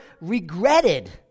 regretted